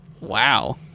wow